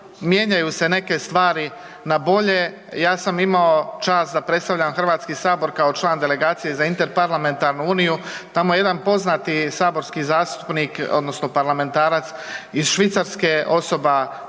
mijenjaju se neke stvari na bolje. Ja sam imao čast da predstavljam HS kao član delegacije za interparlamentarnu uniju. Tamo je jedan poznati saborski zastupnik odnosno parlamentarac iz Švicarske, osoba s